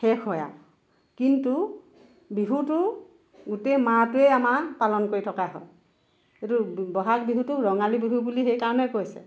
শেষ হয় আৰু কিন্তু বিহুটো গোটেই মাহটোৱে আমাৰ পালন কৰি থকাই হয় এইটো বহাগ বিহুটো ৰঙালী বিহু বুলি সেই কাৰণে কৈছে